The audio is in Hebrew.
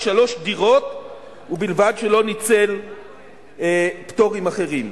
שלוש דירות ובלבד שלא ניצל פטורים אחרים.